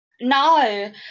no